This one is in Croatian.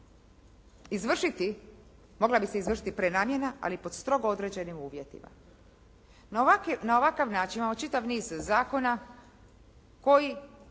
izvršiti, mogla bi se izvršiti prenamjena, ali pod strogo određenim uvjetima. Na ovakav način imamo čitav niz zakona koji